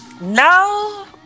Now